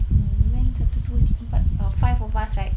we went satu dua tiga empat uh five of us right